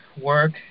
work